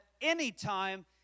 Anytime